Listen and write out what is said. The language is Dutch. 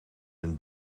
een